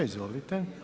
Izvolite.